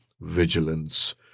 vigilance